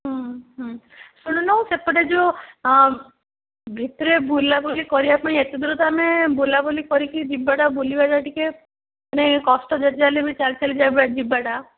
ଶୁଣୁନୁ ସେପଟେ ଯେଉଁ ଭିତରେ ବୁଲାବୁଲି କରିବା ପାଇଁ ଏତେ ଦୂର ତ ଆମେ ବୁଲାବୁଲି କରିକି ଯିବାଟା ବୁଲିବାଟା ଟିକେ ମାନେ କଷ୍ଟ ଯେତେ ଯାହା ହେଲେ ବି ଚାଲିଚାଲି ଯିବାଟା